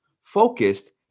focused